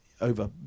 over